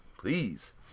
please